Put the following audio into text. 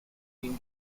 team